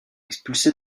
expulsés